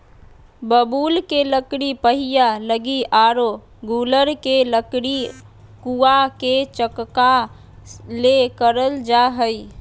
बबूल के लकड़ी पहिया लगी आरो गूलर के लकड़ी कुआ के चकका ले करल जा हइ